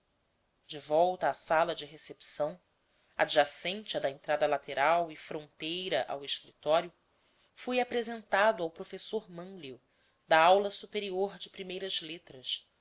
de volta à sala de recepção adjacente à da entrada lateral e fronteira ao escritório fui apresentado ao professor mânlio aula superior de primeiras letras